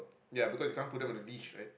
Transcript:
ya because you can't put them on a leash right